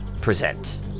present